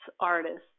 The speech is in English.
artists